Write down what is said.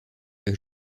que